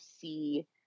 see